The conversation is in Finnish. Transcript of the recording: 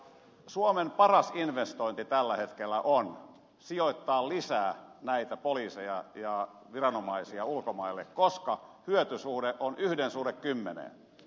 suomen paras investointi tällä hetkellä on sijoittaa lisää näitä poliiseja ja viranomaisia ulkomaille koska hyötysuhde on yhden suhde kymmeneen